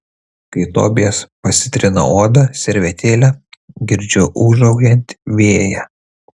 kai tobijas pasitrina odą servetėle girdžiu ūžaujant vėją